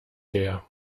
her